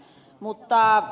mutta ed